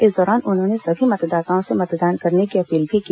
इस दौरान उन्होंने सभी मतदाताओं से मतदान करने की अपील भी की